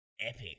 epic